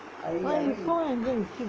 ஆனா இப்போ எங்கே விக்கிது:aanaa ippo engae vikithu